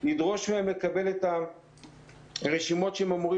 לדרוש מהם לקבל את הרשימות שהם אמורים